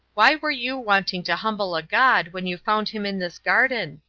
why were you wanting to humble a god when you found him in this garden?